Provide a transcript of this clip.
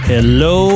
Hello